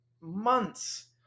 months